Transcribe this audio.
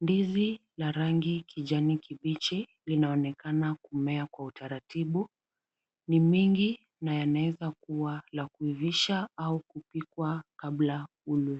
Ndizi la rangi kijani kibichi linaonekana kumea kwa utaratibu. Ni mingi na yanaweza kuwa la kuivisha au kupikwa kabla ulwe.